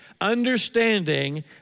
Understanding